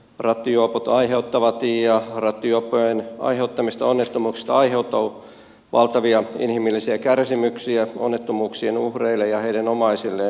rattijuopot aiheuttavat ja rattijuoppojen aiheuttamista onnettomuuksista aiheutuu valtavia inhimillisiä kärsimyksiä onnettomuuksien uhreille ja heidän omaisilleen